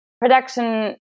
Production